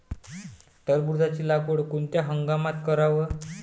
टरबूजाची लागवड कोनत्या हंगामात कराव?